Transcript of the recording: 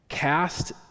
Cast